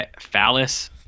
phallus